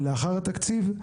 ללאחר התקציב.